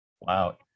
Wow